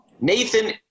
Nathan